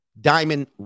diamond